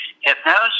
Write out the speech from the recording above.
hypnosis